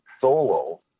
solo